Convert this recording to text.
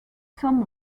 some